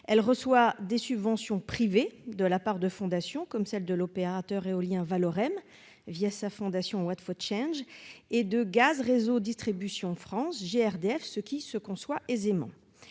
Elle reçoit des subventions privées, notamment de la part de l'opérateur éolien Valorem, sa fondation Watt for Change, et de Gaz Réseau Distribution France (GRDF), ce qui se conçoit aisément.